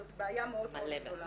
זאת בעיה מאוד גדולה.